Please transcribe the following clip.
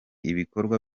ibikorwa